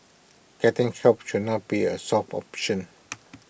getting help should not be A soft option